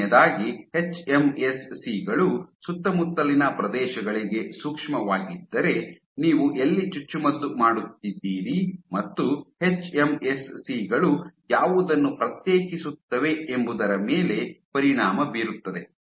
ಮೊದಲನೆಯದಾಗಿ ಎಚ್ಎಂಎಸ್ಸಿ ಗಳು ಸುತ್ತಮುತ್ತಲಿನ ಪ್ರದೇಶಗಳಿಗೆ ಸೂಕ್ಷ್ಮವಾಗಿದ್ದರೆ ನೀವು ಎಲ್ಲಿ ಚುಚ್ಚುಮದ್ದು ಮಾಡುತ್ತಿದ್ದೀರಿ ಮತ್ತು ಎಚ್ಎಂಎಸ್ಸಿ ಗಳು ಯಾವುದನ್ನು ಪ್ರತ್ಯೇಕಿಸುತ್ತವೆ ಎಂಬುದರ ಮೇಲೆ ಪರಿಣಾಮ ಬೀರುತ್ತದೆ